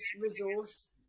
resource